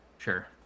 Sure